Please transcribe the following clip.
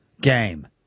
game